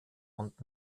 und